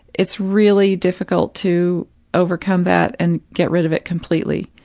it's really difficult to overcome that and get rid of it completely,